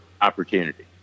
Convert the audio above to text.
opportunity